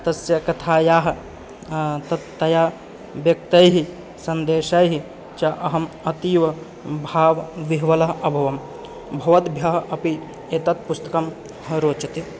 तस्य कथायाः तत् तया व्यक्त्यैः सन्देशैः च अहम् अतीवभावविह्वलः अभवं भवद्भ्यः अपि एतत् पुस्त्कं हि रोचते